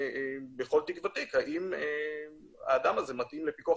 בכל תיק ותיק האם האדם הזה מתאים לפיקוח